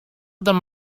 them